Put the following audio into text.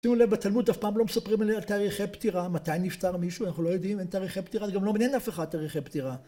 תשימו לב, בתלמוד אף פעם לא מספרים על תאריכי פטירה, מתי נפטר מישהו, אנחנו לא יודעים, אין תאריכי פטירה, גם לא מנהל אף אחד תאריכי פטירה.